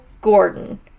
Gordon